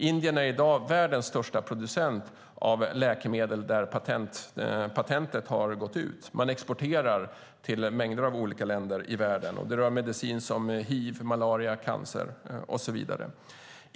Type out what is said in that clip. Indien är i dag världens största producent av läkemedel där patentet har gått ut. Man exporterar till mängder av olika länder i världen. Det rör mediciner mot hiv, malaria, cancer och så vidare.